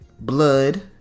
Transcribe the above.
blood